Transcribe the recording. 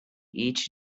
each